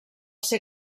ser